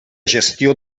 gestió